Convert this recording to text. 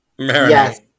Yes